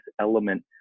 element